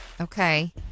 Okay